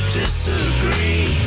disagree